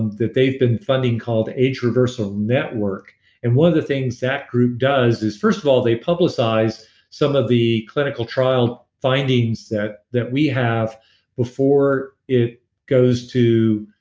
that they've been funding called a traversal network and one of the things that group does is first of all they publicize some of the clinical trial findings that that we have before it goes to